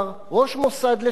ראש מוסד לשעבר,